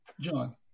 John